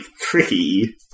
tricky